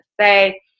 say